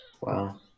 Wow